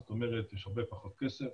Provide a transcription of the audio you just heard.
יש הרבה פחות כסף,